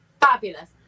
fabulous